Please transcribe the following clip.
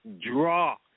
draw